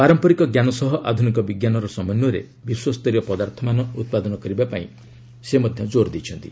ପାରମ୍ପରିକ ଜ୍ଞାନ ସହ ଆଧ୍ରନିକ ବିଜ୍ଞାନର ସମନ୍ଧୟରେ ବିଶ୍ୱସ୍ତରୀୟ ପଦାର୍ଥମାନ ଉତ୍ପାଦନ କରିବା ପାଇଁ ସେ ଜୋର ଦେଇଛନ୍ତି